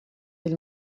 ell